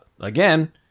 again